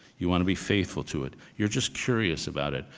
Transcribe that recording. you want to be faithful to it. you're just curious about it.